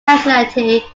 nationality